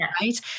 right